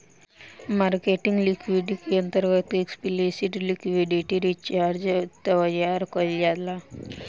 marketing liquidity के अंतर्गत explicit liquidity reserve तैयार कईल जाता